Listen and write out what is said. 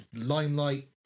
limelight